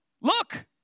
Look